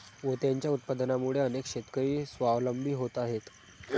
मोत्यांच्या उत्पादनामुळे अनेक शेतकरी स्वावलंबी होत आहेत